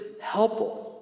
helpful